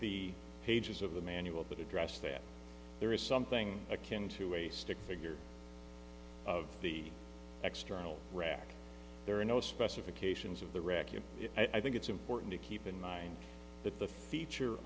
the pages of the manual that address that there is something akin to a stick figure of the extra rock there are no specifications of the wreckage i think it's important to keep in mind that the feature